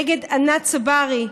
נגד ענת צברי,